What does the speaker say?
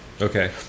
Okay